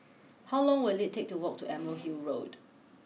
how long will it take to walk to Emerald Hill Road